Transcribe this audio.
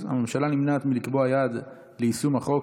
הממשלה נמנעת מלקבוע יעד ליישום החוק,